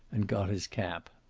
and got his cap.